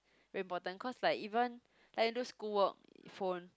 very important cause like even like you do school work phone